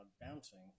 bouncing